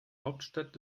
hauptstadt